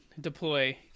deploy